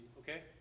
okay